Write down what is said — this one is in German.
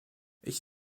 ich